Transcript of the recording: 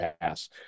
pass